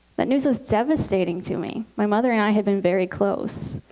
that news was devastating to me. my mother and i had been very close.